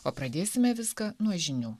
o pradėsime viską nuo žinių